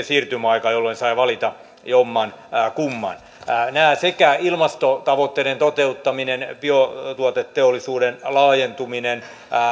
siirtymäaikaa jolloin sai valita jommankumman nämä ilmastotavoitteiden toteuttaminen biotuoteteollisuuden laajentuminen